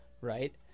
Right